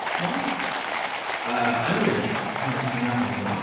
why i'm worried that nothing nothing will